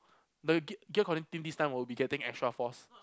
the gear connecting this time will be getting extra force